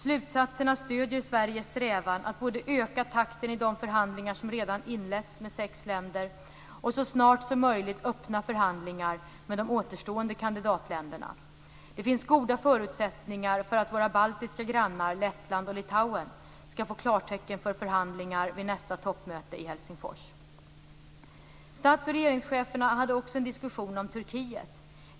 Slutsatserna stöder Sveriges strävan att både öka takten i de förhandlingar som redan inletts med sex länder och så snart som möjligt öppna förhandlingar med de återstående kandidatländerna. Det finns goda förutsättningar för att våra baltiska grannar Lettland och Litauen skall få klartecken för förhandlingar vid nästa toppmöte i Helsingfors. Stats och regeringscheferna hade också en diskussion om Turkiet.